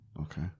Okay